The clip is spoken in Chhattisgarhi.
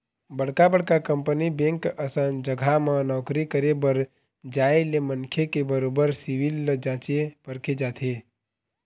बड़का बड़का कंपनी बेंक असन जघा म नौकरी करे बर जाय ले मनखे के बरोबर सिविल ल जाँचे परखे जाथे